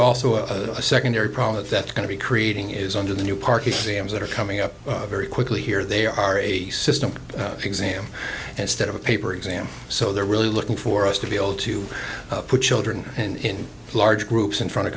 also a secondary problem that's going to be creating is under the new park exams that are coming up very quickly here they are a system exam and stead of a paper exam so they're really looking for us to be able to put children in large groups in front of